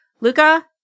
Luca